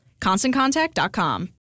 ConstantContact.com